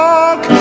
Walk